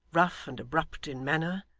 rough and abrupt in manner,